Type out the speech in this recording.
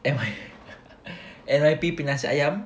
N_Y N_Y_P punya nasi ayam